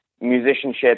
musicianship